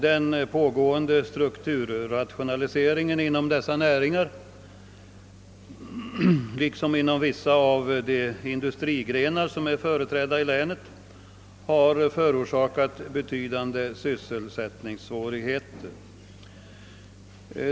Den pågående strukturrationaliseringen inom dessa näringar liksom inom vissa av de industrigrenar som är företrädda i länen har förorsakat betydande sysselsättningssvårigheter.